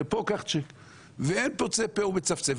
ואין פוצה פה ומצפצף.